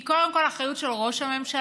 היא קודם כול אחריות של ראש הממשלה,